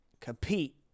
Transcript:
compete